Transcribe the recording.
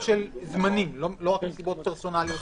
של זמנים לא רק מסיבות פרסונליות.